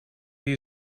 die